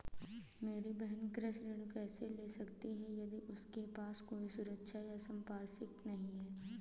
मेरी बहिन कृषि ऋण कैसे ले सकती है यदि उसके पास कोई सुरक्षा या संपार्श्विक नहीं है?